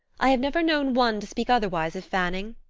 i have never known one to speak otherwise of fanning.